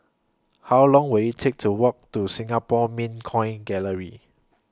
How Long Will IT Take to Walk to Singapore Mint Coin Gallery